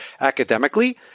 Academically